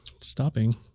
stopping